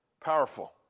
Powerful